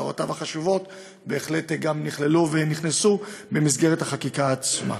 והערותיו החשובות בהחלט נכללו ונכנסו במסגרת החקיקה עצמה.